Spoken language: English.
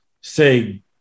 say